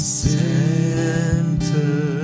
center